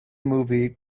movie